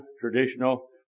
traditional